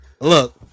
Look